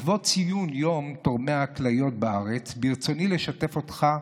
לכבוד ציון תורמי הכליות בארץ, ברצוני לשתף אותך,